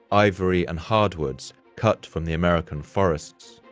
ivory, and hardwoods cut from the american forests.